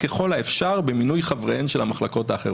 ככל האפשר במינוי חבריהן של המחלקות האחרות.